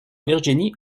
virginie